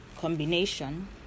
combination